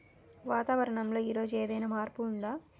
వాతావరణం లో ఈ రోజు ఏదైనా మార్పు ఉందా?